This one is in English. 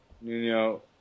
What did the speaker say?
Nuno